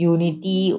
Unity